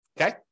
Okay